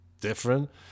different